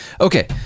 Okay